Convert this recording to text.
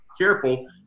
careful